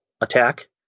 attack